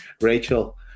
Rachel